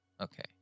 Okay